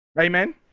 Amen